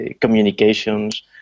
communications